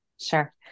Sure